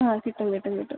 ആ കിട്ടും കിട്ടും കിട്ടും